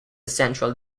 central